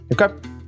Okay